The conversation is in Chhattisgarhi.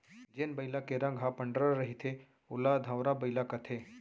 जेन बइला के रंग ह पंडरा रहिथे ओला धंवरा बइला कथें